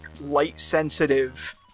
light-sensitive